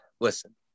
listen